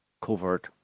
covert